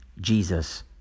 jesus